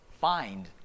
find